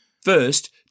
First